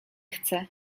chcę